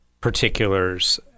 particulars